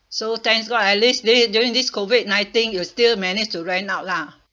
so thanks god at least thi~ during this COVID nineteen you still manage to rent out lah